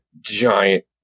giant